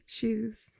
Shoes